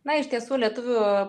na iš tiesų lietuvių